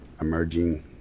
emerging